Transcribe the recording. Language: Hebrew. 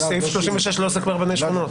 סעיף 36 לא עוסק ברבני שכונות.